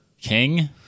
King